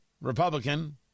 republican